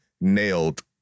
nailed